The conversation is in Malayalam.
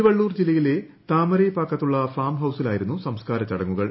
തിരുവള്ളൂർ ജില്ലയിലെ താമരൈപാക്കത്തുള്ള ഫാം ഹൌസിലായിരുന്നു സംസ്കാര ചടങ്ങുകൾ